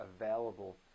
available